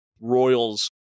Royals